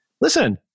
listen